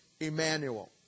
Emmanuel